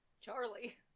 Charlie